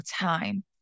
time